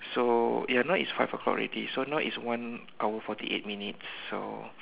so ya now is five o-clock already so now is one hour forty eight minutes so